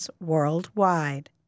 worldwide